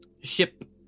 ship